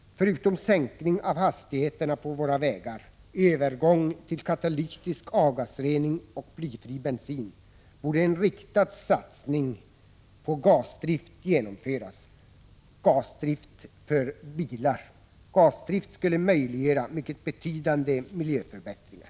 Förutom sänkning av hastigheterna på våra vägar, övergång till katalytisk avgasrening och blyfri bensin borde en riktad satsning på gasdrift av bilar genomföras. Gasdrift skulle möjliggöra mycket betydande miljöförbättringar.